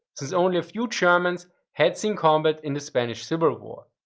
since only a few germans had seen combat in the spanish civil war.